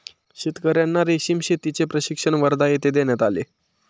शेतकर्यांना रेशीम शेतीचे प्रशिक्षण वर्धा येथे देण्यात आले